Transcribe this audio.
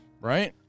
right